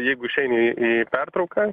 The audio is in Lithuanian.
jeigu išeini į pertrauką